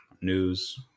news